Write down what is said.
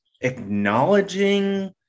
acknowledging